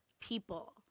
people